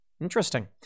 Interesting